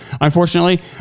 unfortunately